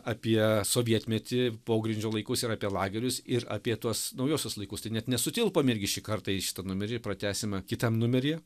apie sovietmetį pogrindžio laikus ir apie lagerius ir apie tuos naujuosius laikus tai net nesutilpom irgi šį kartą į šitą numerį pratęsime kitam numeryje